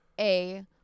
A-